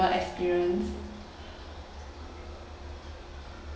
experience